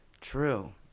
True